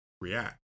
react